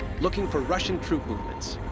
looking for russian troop movements.